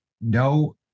No